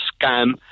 scam